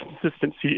consistency